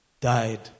died